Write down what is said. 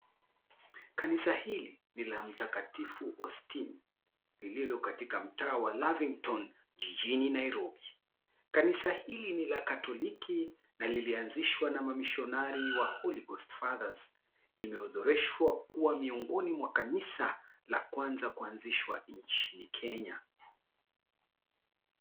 Kanisa hili ni la mtakatifu Austine lilo katika mtaa wa Lavington jijini Nairobi. Kanisa hili ni la katoliki na lilianzishwa na wamishonari wa Holy ghost fathers imeothooreshwa kuwa miongoni mwa kanisa la kwanza kuanzishishwa nchini Kenya.